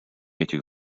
этих